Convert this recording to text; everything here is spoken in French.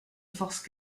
forces